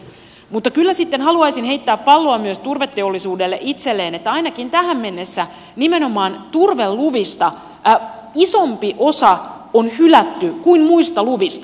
mutta kyllä sitten haluaisin heittää palloa myös turveteollisuudelle itselleen että ainakin tähän mennessä nimenomaan turveluvista on hylätty isompi osa kuin muista luvista